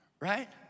right